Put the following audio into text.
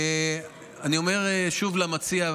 אני אומר שוב למציע,